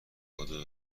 کادو